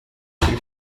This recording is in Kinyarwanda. kuri